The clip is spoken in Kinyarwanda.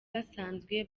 basanzwe